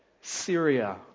Syria